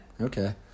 okay